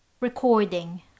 Recording